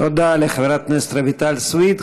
תודה לחברת הכנסת רויטל סויד.